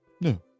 no